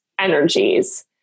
energies